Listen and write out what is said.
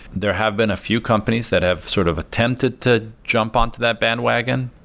there have been a few companies that have sort of attempted to jump on to that bandwagon.